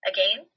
Again